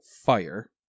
fire